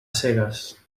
cegues